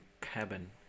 cabin